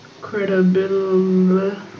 credibility